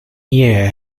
year